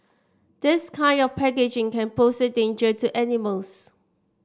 this kind of packaging can pose a danger to animals